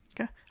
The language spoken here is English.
Okay